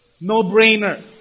No-brainer